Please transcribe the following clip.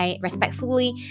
respectfully